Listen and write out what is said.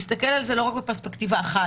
להסתכל על זה לא רק בפרספקטיבה אחת,